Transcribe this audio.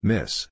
Miss